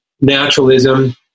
naturalism